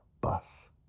bus